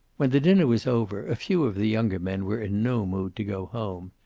when the dinner was over, a few of the younger men were in no mood to go home.